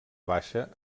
baixa